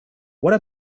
what